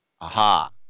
Aha